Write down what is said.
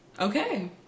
Okay